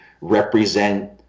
represent